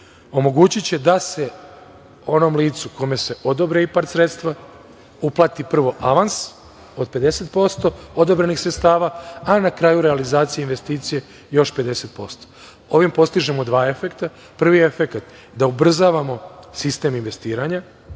omogućiće da se onom licu kome se odobre IPARD sredstva uplati prvo avans od 50% odobrenih sredstava, a na kraju realizacija investicije još 50%. Ovim postižemo dva efekta. Prvi efekat je da ubrzavamo sistem investiranja